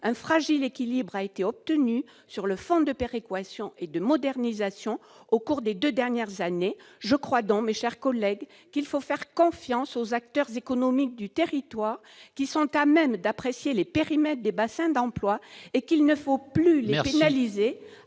Un fragile équilibre a été obtenu sur le fonds de péréquation et de modernisation au cours des deux dernières années. Je crois donc, mes chers collègues, qu'il faut faire confiance aux acteurs économiques du territoire qui sont à même d'apprécier les périmètres des bassins d'emplois. Il ne faut plus les pénaliser,